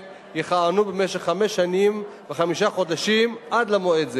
יכהנו במשך חמש שנים וחמישה חודשים עד למועד זה,